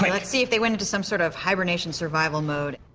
but let's see if they went into some sort of hibernation survival mode.